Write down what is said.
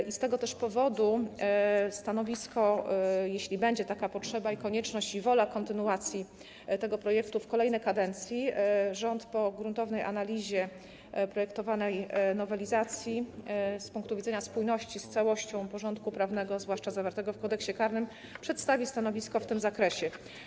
I z tego też powodu, jeśli będzie taka potrzeba, konieczność i będzie wola kontynuacji tego projektu w kolejnej kadencji, rząd po gruntowej analizie projektowanej nowelizacji z punktu widzenia spójności z całością porządku prawnego, zwłaszcza zawartego w Kodeksie karnym, przedstawi stanowisko w tym zakresie.